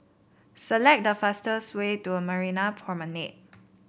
select the fastest way to Marina Promenade